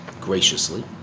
graciously